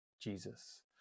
Jesus